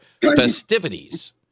festivities